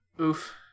Oof